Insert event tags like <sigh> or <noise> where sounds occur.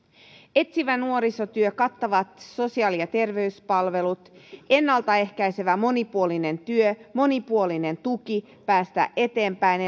etsivä nuorisotyö kattavat sosiaali ja terveyspalvelut ennalta ehkäisevä monipuolinen työ monipuolinen tuki päästä eteenpäin <unintelligible>